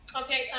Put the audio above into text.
Okay